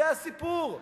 זה הסיפור.